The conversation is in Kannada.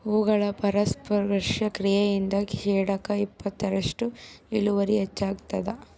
ಹೂಗಳ ಪರಾಗಸ್ಪರ್ಶ ಕ್ರಿಯೆಯಿಂದ ಶೇಕಡಾ ಇಪ್ಪತ್ತರಷ್ಟು ಇಳುವರಿ ಹೆಚ್ಚಾಗ್ತದ